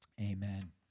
Amen